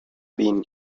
been